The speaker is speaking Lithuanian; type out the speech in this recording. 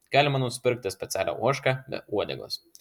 galima nusipirkti specialią ožką be uodegos